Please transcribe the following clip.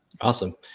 Awesome